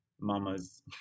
mama's